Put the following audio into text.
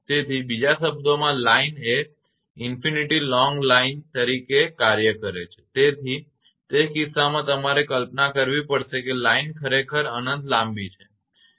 તેથી બીજા શબ્દોમાં લાઇન એ અનંત લાંબી લાઈન તરીકે કાર્ય કરે છે તેથી તે કિસ્સામાં તમારે કલ્પના કરવી પડશે કે લાઇન ખરેખર અનંત લાંબી છે